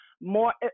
more